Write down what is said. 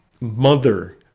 mother